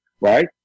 Right